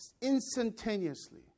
instantaneously